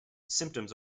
symptoms